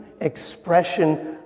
expression